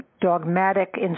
dogmatic